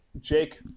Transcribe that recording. Jake